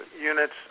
units